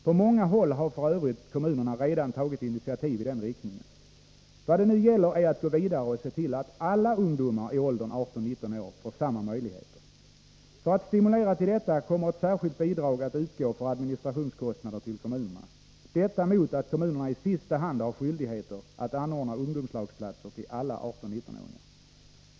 På många håll har för övrigt kommunerna redan tagit initiativ i den riktningen. Vad det nu gäller är att gå vidare och se till att alla ungdomar i åldern 18-19 år får samma möjligheter. För att stimulera till detta kommer ett särskilt bidrag att utgå för administrationskostnader till kommunerna, detta mot att kommunerna i sista hand har skyldighet att anordna ungdomslagsplatser till alla 18-19-åringar.